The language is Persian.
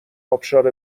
ابشار